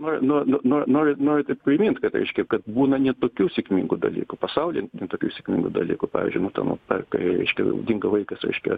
nu nu nu norit norit apkvailint kad reiškia kad būna ne tokių sėkmingų dalykų pasaulyje tokių sėkmingų dalykų pavyzdžiui nu ten per perėje reiškia dingo vaikas reiškia